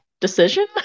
decision